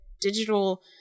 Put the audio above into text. digital